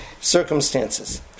circumstances